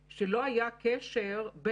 אז ה-7,733 כלולים בתוך העמודה הזאת, של ה-23,924?